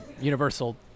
universal